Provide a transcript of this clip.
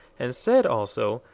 and said, also,